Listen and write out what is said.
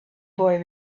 boy